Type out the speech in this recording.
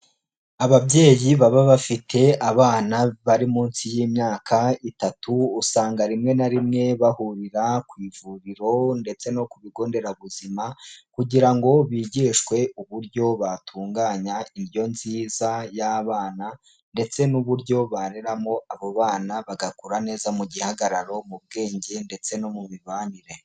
ababyeyi baba bafite abana bari munsi y'imyaka itatu, usanga rimwe na rimwe bahurira ku ivuriro ndetse no ku bigo nderabuzima kugira ngo bigishwe uburyo batunganya indyo nziza y'abana ndetse n'uburyo bareramo abo bana, bagakura neza mu gihagararo, mu bwenge ndetse no mu mibanire.